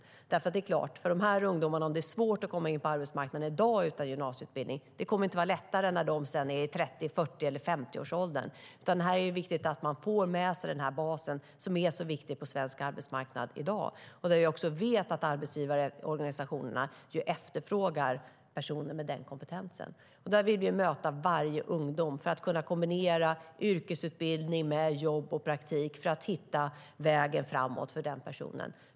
Det är klart att om det är svårt för de här ungdomarna att komma in på arbetsmarknaden utan gymnasieutbildning i dag kommer det inte att vara lättare när de är i 30, 40 eller 50-årsåldern. Det är viktigt att ungdomar får med sig den här basen, som är så viktig på svensk arbetsmarknad i dag. Vi vet också att arbetsgivarorganisationerna efterfrågar personer med den kompetensen. Vi vill möta varje ungdom för att kunna kombinera yrkesutbildning med jobb och praktik för att hitta vägen framåt för den personen.